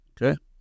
Okay